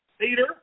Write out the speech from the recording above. Peter